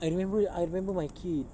I remember I remember my kid